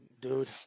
Dude